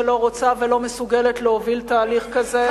שלא רוצה ולא מסוגלת להוביל תהליך כזה,